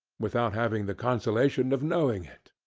without having the consolation of knowing it.